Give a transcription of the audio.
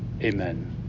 Amen